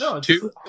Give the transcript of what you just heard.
two